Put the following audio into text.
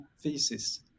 thesis